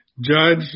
judge